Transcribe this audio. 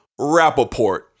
Rappaport